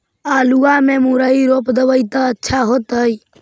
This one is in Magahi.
आलुआ में मुरई रोप देबई त अच्छा होतई?